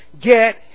get